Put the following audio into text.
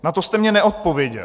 Na to jste mně neodpověděl.